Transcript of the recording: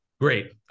great